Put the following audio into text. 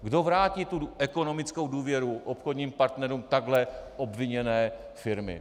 Kdo vrátí ekonomickou důvěru obchodním partnerům takhle obviněné firmy?